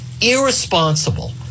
irresponsible